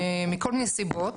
מכל מיני סיבות.